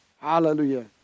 Hallelujah